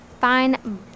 fine